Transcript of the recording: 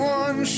one